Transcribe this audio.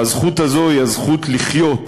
והזכות הזאת היא הזכות לחיות,